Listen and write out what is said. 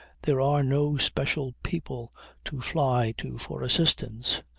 there are no special people to fly to for assistance.